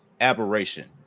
aberration